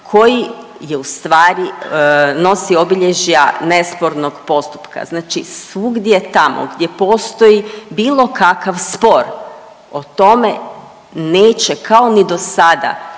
koji je u stvari nosi obilježja nespornog postupka. Znači svugdje tamo gdje postoji bilo kakav spor o tome neće kao ni do sada